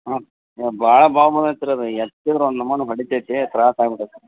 ಹಾಂ ಭಾಳ ಬಾವು ಬಂದತ್ರಿ ಅದು ಎತ್ತಿದ್ರೆ ಒಂದು ನಮೂನೆ ಹೊಡಿತೈತಿ ತ್ರಾಸ ಆಗಿಬಿಟ್ಟತಿ